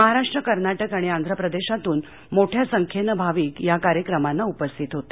महाराष्ट्रकर्नाटक आणि आंध्र प्रदेशातून मोठ्या संख्येनं भाविक या कार्यक्रमांना उपस्थित होते